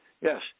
Yes